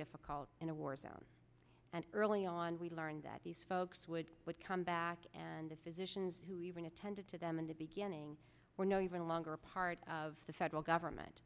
difficult in a war zone and early on we learned that these folks would come back and the physicians who even attended to them in the beginning were not even a longer part of the federal government